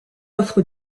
offre